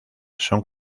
son